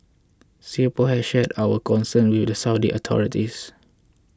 singapore has shared our concerns with the Saudi authorities